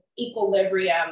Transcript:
equilibrium